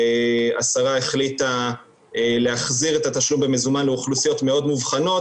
השרה החליטה להחזיר את התשלום במזומן לאוכלוסיות מאוד מובחנות